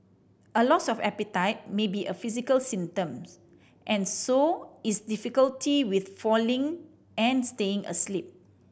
a loss of appetite may be a physical symptom and so is difficulty with falling and staying asleep